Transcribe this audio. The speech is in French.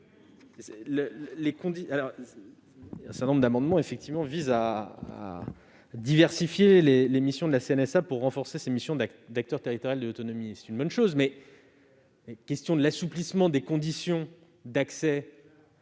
un certain nombre d'amendements visent à diversifier les missions de la CNSA pour renforcer son rôle d'acteur territorial de l'autonomie. C'est une bonne chose, mais la question de l'assouplissement des conditions d'accès